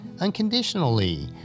unconditionally